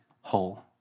whole